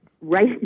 Right